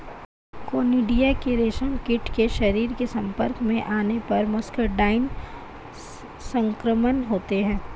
conidia के रेशमकीट के शरीर के संपर्क में आने पर मस्करडाइन संक्रमण होता है